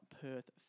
Perth